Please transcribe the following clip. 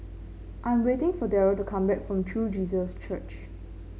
I'm waiting for Darryle to come back from True Jesus Church